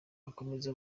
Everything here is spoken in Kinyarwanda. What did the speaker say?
akomeza